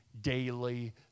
daily